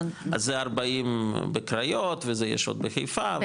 אז זה ארבעים בקריות ויש עוד בחיפה.